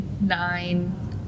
nine